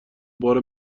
بار